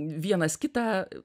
vienas kitą